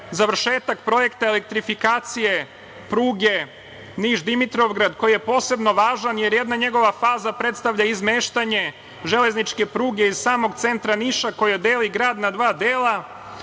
završetak projekta elektrifikacije pruge Niš-Dimitrovgrad koji je posebno važan, jer jedna njegova faza predstavlja izmeštanje železničke pruge iz samog centra Niša koje deli grad na dva